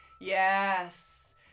Yes